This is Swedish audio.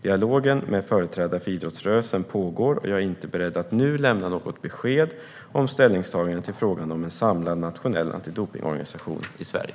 Dialogen med företrädare för idrottsrörelsen pågår, och jag är inte beredd att nu lämna något besked om ställningstagande till frågan om en samlad nationell antidopningsorganisation i Sverige.